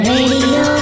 Radio